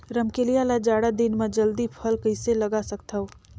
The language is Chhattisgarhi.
रमकलिया ल जाड़ा दिन म जल्दी फल कइसे लगा सकथव?